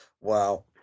Wow